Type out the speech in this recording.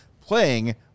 playing